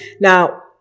now